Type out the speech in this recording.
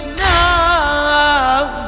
now